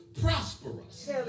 prosperous